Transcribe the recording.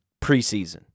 preseason